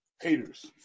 Haters